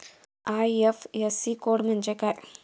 IFSC code म्हणजे काय?